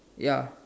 ya